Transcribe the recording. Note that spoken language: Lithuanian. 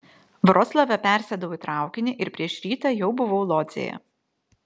vroclave persėdau į traukinį ir prieš rytą jau buvau lodzėje